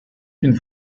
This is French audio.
une